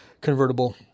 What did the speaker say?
convertible